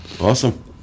awesome